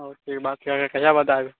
ओ ठीक बात छै अहाँ कहिया बतायब